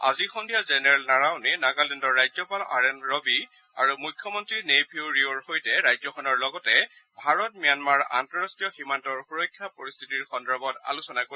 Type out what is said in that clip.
আজি সন্ধিয়া জেনেৰেল নাৰাৱনেই নাগালেণ্ডৰ ৰাজ্যপাল আৰ এন ৰবি আৰু মুখ্যমন্তী নেইফিঅ' ৰিঅ'ৰ সৈতে ৰাজ্যখনৰ লগতে ভাৰত ম্যানমাৰ আন্তঃৰাষ্ট্ৰীয় সীমান্তৰ সুৰক্ষা পৰিস্থিতিৰ সন্দৰ্ভত আলোচনা কৰিব